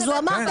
אז הוא אמר,